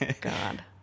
God